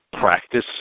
practice